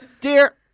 Dear